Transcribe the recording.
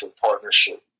Partnership